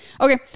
Okay